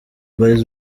boyz